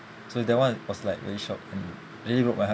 so that one was like really shocked and really broke my heart